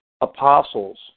apostles